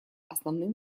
основным